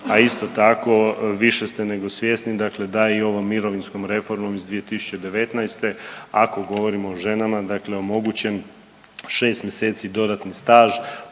a isto tako više ste nego svjesni, dakle da i ovom mirovinskom reformom iz 2019. ako govorimo o ženama, dakle omogućen šest mjeseci dodatni staž